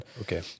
okay